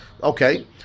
Okay